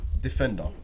defender